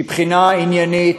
מבחינה עניינית,